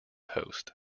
host